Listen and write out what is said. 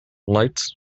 lights